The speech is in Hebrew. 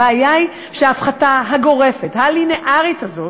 הבעיה היא שההפחתה הגורפת, הלינארית הזאת,